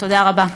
תודה רבה.